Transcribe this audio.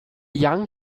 young